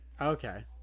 Okay